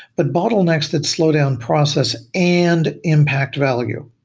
but bottlenecks that slow down process and impact value,